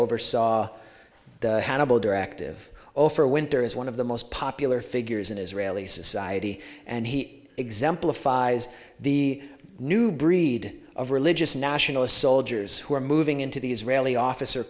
oversaw hannibal directive overwinter as one of the most popular figures in israeli society and he exemplifies the new breed of religious nationalist soldiers who are moving into the israeli officer